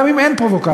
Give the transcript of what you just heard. גם אם אין פרובוקציה,